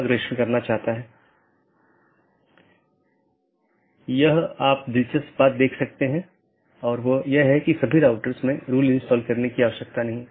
1 open message दो सहकर्मी nodes के बीच एक BGP सत्र स्थापित करता है